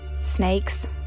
Snakes